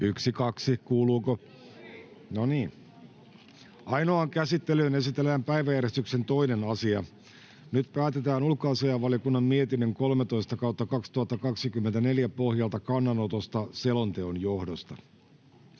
=== RAW CONTENT === Ainoaan käsittelyyn esitellään päiväjärjestyksen 2. asia. Nyt päätetään ulkoasiainvaliokunnan mietinnön UaVM 13/2024 vp pohjalta kannanotosta selonteon johdosta.